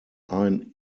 ein